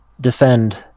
Defend